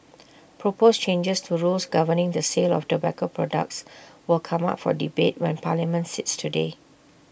proposed changes to rules governing the sale of tobacco products will come up for debate when parliament sits today